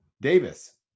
Davis